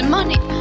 money